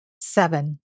seven